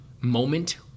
moment